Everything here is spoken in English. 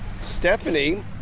Stephanie